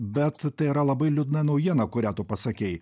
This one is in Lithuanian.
bet tai yra labai liūdna naujiena kurią tu pasakei